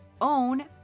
own